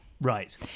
Right